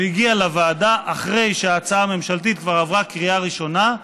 והגיעה לוועדה אחרי שההצעה הממשלתית כבר עברה בקריאה ראשונה.